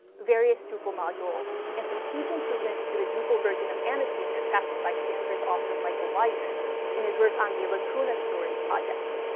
various drupal modules, and some huge improvements to the drupal version of annotator crafted by stanford's awesome michael widner in his work on the lacuna stories project.